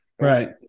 Right